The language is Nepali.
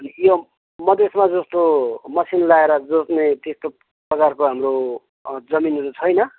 अनि यो मदेसमा जस्तो मेसिन लगाएर जोत्ने त्यस्तो प्रकारको हाम्रो जमिनहरू छैन